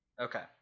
okay